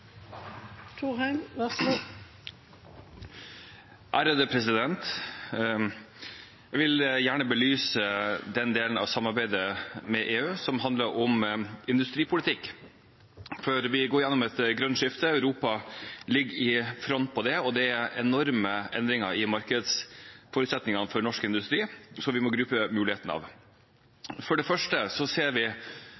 selv er så avhengig av. Jeg opplever at utenriksministerens redegjørelse egentlig er en veldig god søknad om å bli nettopp det. Jeg vil gjerne belyse den delen av samarbeidet med EU som handler om industripolitikk. Vi går gjennom et grønt skifte. Europa ligger i front når det gjelder det, og det er enorme endringer i markedsforutsetningene for norsk industri,